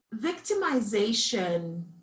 victimization